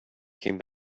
came